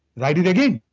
write it again.